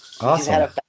Awesome